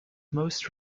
most